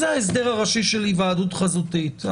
זה ההסדר הראשי של היוועדות חזותית.